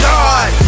God